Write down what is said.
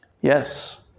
Yes